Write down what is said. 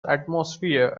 atmosphere